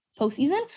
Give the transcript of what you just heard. postseason